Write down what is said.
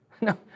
No